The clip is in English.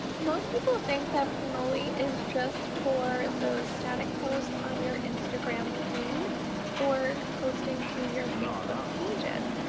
most people think that planoly is just for those static posts on your instagram feed or posting to your facebook pages.